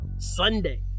Sunday